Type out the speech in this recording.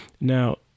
Now